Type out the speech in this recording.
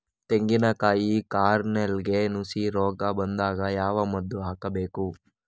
ತೆಂಗಿನ ಕಾಯಿ ಕಾರ್ನೆಲ್ಗೆ ನುಸಿ ರೋಗ ಬಂದಾಗ ಯಾವ ಮದ್ದು ಹಾಕಬೇಕು?